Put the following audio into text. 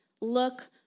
look